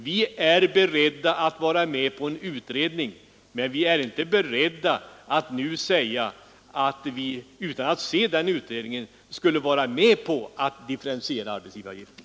Vi är beredda att vara med på en utredning, men vi är inte beredda att nu utan att se denna utrednings resultat vara med på att differentiera arbetsgivaravgiften.